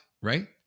right